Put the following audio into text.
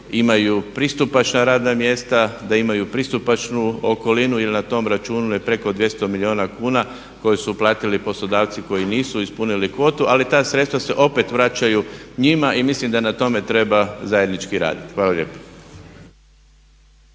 imaju pristupačna radna mjesta, da imaju pristupačnu okolinu jer na tom računu je preko 200 milijuna kuna koje su uplatili poslodavci koji nisu ispunili kvotu, ali ta sredstva se opet vraćaju njima. I mislim da na tome treba zajednički raditi. Hvala lijepa.